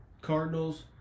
Cardinals